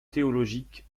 théologiques